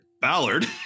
Ballard